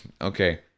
okay